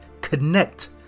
connect